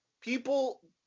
People